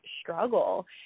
struggle